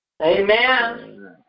Amen